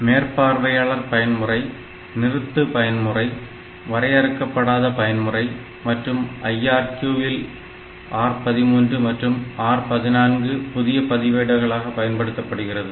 மேற்பார்வையாளர் பயன்முறை நிறுத்து பயன்முறை வரையறுக்கப்படாத பயன்முறை மற்றும் IRQ இல் R 13 மற்றும் R 14 புதிய பதிவேடுகளாக பயன்படுத்தப்படுகிறது